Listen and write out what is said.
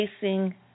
facing